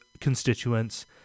constituents